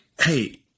hey